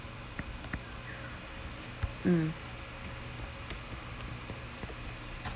mm